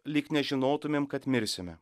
lyg nežinotumėm kad mirsime